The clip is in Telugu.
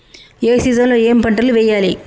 ఏ సీజన్ లో ఏం పంటలు వెయ్యాలి?